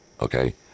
Okay